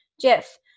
Jeff